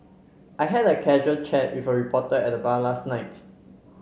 I had a casual chat with a reporter at the bar last night